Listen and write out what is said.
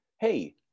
hey